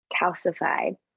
calcified